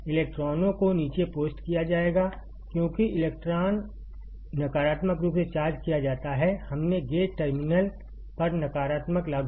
इलेक्ट्रॉनों को नीचे पोस्ट किया जाएगा क्योंकि इलेक्ट्रॉन नकारात्मक रूप से चार्ज किया जाता है हमने गेट टर्मिनल पर नकारात्मक लागू किया